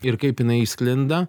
ir kaip jinai sklinda